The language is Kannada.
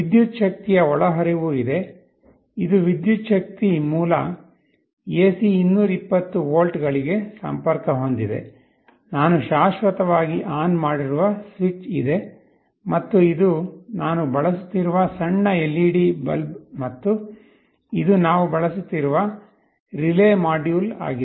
ವಿದ್ಯುತ್ ಶಕ್ತಿಯ ಒಳಹರಿವು ಇದೆ ಇದು ವಿದ್ಯುತ್ ಶಕ್ತಿ ಮೂಲ AC 220 ವೋಲ್ಟ್ಗಳಿಗೆ ಸಂಪರ್ಕ ಹೊಂದಿದೆ ನಾನು ಶಾಶ್ವತವಾಗಿ ಆನ್ ಮಾಡಿರುವ ಸ್ವಿಚ್ ಇದೆ ಮತ್ತು ಇದು ನಾನು ಬಳಸುತ್ತಿರುವ ಸಣ್ಣ LED ಬಲ್ಬ್ ಮತ್ತು ಇದು ನಾವು ಬಳಸುತ್ತಿರುವ ರಿಲೇ ಮಾಡ್ಯೂಲ್ ಆಗಿದೆ